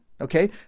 okay